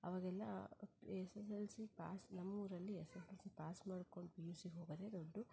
ಆವಾಗೆಲ್ಲ S S L C pass ನಮ್ಮೂರಲ್ಲಿ S S L C pass ಮಾಡ್ಕೊಂಡು P U C ಹೋಗೋದೇ ದೊಡ್ಡ